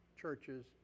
churches